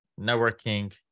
networking